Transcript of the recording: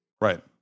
Right